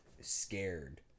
scared